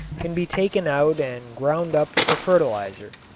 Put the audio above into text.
can be taken out and ground up for fertilizer.